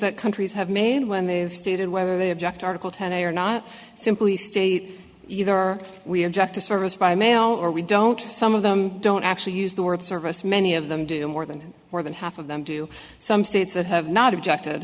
that countries have made when they've stated whether they object article today or not simply state either we object to service by mail or we don't some of them don't actually use the word service many of them do more than more than half of them do some states that have not objected